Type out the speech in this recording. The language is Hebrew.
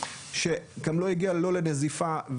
שלא הגיע לא לנזיפה,